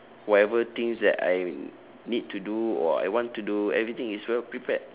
whatever things that I need to do or I want to do everything is well prepared